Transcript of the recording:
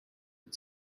and